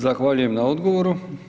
Zahvaljujem na odgovoru.